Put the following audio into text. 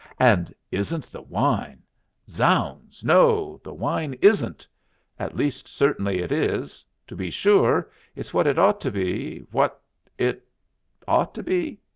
and isn't the wine zounds, no, the wine isn't at least, certainly it is to be sure it's what it ought to be what it ought to be?